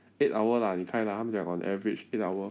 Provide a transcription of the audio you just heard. eight hour lah 你开啦 on average eight hour